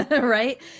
right